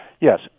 yes